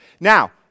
Now